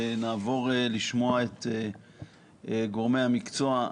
נעבור לשמוע את גורמי המקצוע.